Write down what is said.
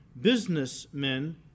businessmen